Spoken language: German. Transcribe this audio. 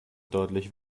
deutlich